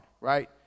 right